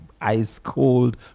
ice-cold